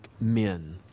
men